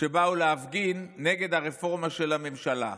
שבאו להפגין נגד הרפורמה של הממשלה.